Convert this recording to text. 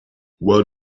what